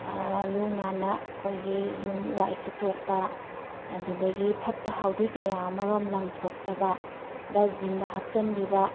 ꯂꯨ ꯅꯥꯟꯅ ꯑꯩꯈꯣꯏꯒꯤ ꯌꯨꯝ ꯋꯥꯏ ꯁꯤꯠꯇꯣꯛꯄ ꯑꯗꯨꯗꯒꯤ ꯐꯠꯇ ꯍꯧꯗꯤ ꯀꯌꯥ ꯑꯃꯔꯣꯝ ꯂꯪꯊꯣꯛꯇꯕ ꯗꯁꯕꯤꯟꯗ ꯍꯥꯞꯆꯤꯟꯕꯤꯕ